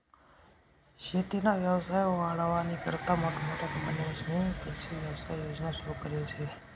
शेतीना व्यवसाय वाढावानीकरता मोठमोठ्या कंपन्यांस्नी कृषी व्यवसाय योजना सुरु करेल शे